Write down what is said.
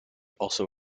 also